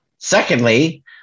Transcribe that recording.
Secondly